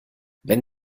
wenn